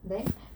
then